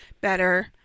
better